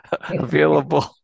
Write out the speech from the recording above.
available